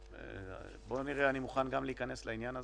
אני מוכן גם להיכנס לעניין הזה.